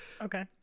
Okay